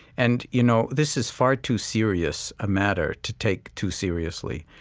and, you know, this is far too serious a matter to take too seriously.